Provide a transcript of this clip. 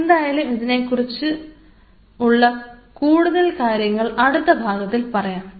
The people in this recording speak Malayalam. എന്തായാലും ഇതിനെക്കുറിച്ചുള്ള കൂടുതൽ കാര്യങ്ങൾ അടുത്ത ഭാഗത്തിൽ പറയാം